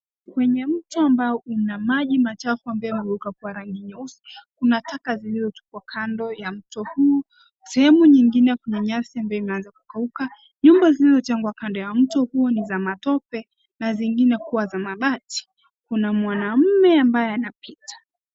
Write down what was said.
Kwenye mto ambao una maji machafu ambayo yamegeuka kuwa rangi nyeusi, kuna taka zilizotupwa kando ya mto huu. Sehemu nyingine kwenye nyasi ambayo imeanza kukauka. Nyumba zilizojengwa kando ya mto huo ni za matope na zingine kuwa za mabati. Kuna mwanamume ambaye anapita.